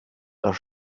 das